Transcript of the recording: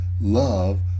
love